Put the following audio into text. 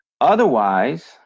Otherwise